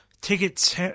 tickets